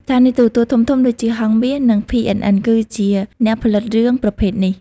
ស្ថានីយទូរទស្សន៍ធំៗដូចជា ហង្សមាស និង PNN គឺជាអ្នកផលិតរឿងប្រភេទនេះ។